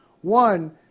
One